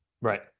Right